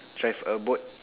drive a boat